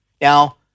Now